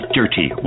dirty